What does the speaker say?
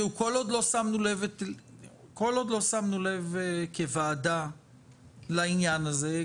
כל עוד לא שמנו לב כוועדה לעניין הזה,